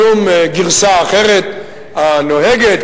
שום גרסה אחרת הנוהגת,